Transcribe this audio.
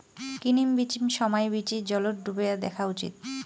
কিনিম বিচিম সমাই বীচি জলত ডোবেয়া দ্যাখ্যা উচিত